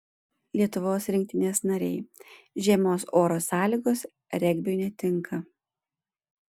lietuvos rinktinės nariai žiemos oro sąlygos regbiui netinka